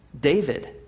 David